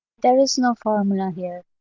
there is no formula here.